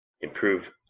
improve